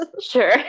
Sure